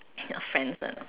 ya friends ah